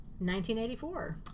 1984